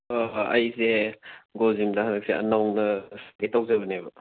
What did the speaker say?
ꯍꯣꯏ ꯍꯣꯏ ꯑꯩꯁꯦ ꯒꯣꯜ ꯖꯤꯝꯗ ꯍꯟꯗꯛꯁꯦ ꯅꯧꯅ ꯁꯥꯟꯅꯒꯦ ꯇꯧꯖꯕꯅꯦꯕ